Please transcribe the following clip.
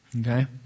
Okay